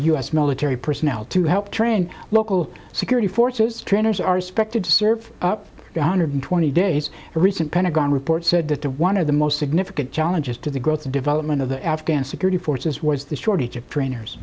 s military personnel to help train local security forces trainers are suspected to serve up one hundred twenty days a recent pentagon report said that the one of the most significant challenges to the growth and development of the afghan security forces was the shortage of trainers